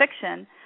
fiction